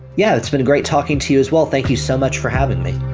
yeah, it's been great talking to you as well. thank you so much for having me.